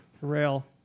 Rail